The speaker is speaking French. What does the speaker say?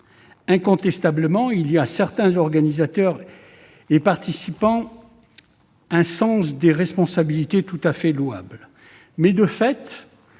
Incontestablement, il y a, chez certains organisateurs et participants, un sens des responsabilités tout à fait louable. Toutefois,